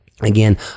again